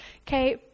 okay